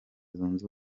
zunze